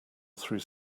through